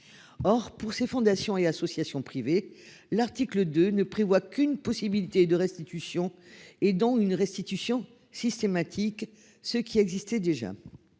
Or pour ses fondations et associations privées. L'article de ne prévoit qu'une possibilité de restitution et dont une restitution systématique ce qui existait déjà.